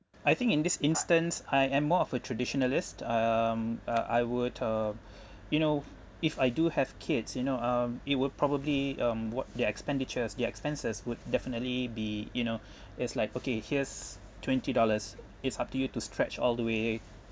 I think in this instance I am more of a traditionalist um uh I would uh you know if I do have kids you know um it would probably um what their expenditures the expenses would definitely be you know it's like okay here's twenty dollars it's up to you to stretch all the way